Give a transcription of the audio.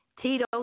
Tito